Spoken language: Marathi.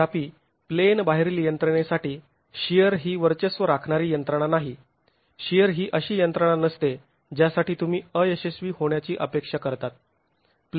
तथापि प्लेन बाहेरील यंत्रणेसाठी शिअर ही वर्चस्व राखणारी यंत्रणा नाही शिअर ही अशी यंत्रणा नसते ज्यासाठी तुम्ही अयशस्वी होण्याची अपेक्षा करतात